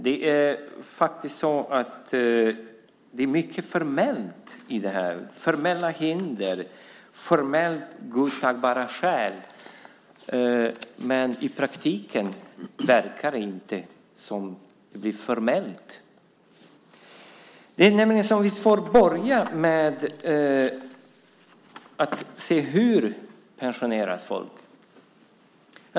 Det är mycket som är formellt i det - formella hinder och formellt godtagbara skäl - men i praktiken är det inte så formellt. Vi kan börja med att se hur folk pensioneras.